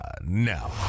no